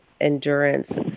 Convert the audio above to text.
endurance